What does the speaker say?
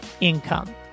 income